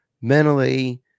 mentally